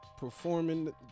performing